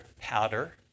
powder